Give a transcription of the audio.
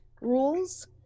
rules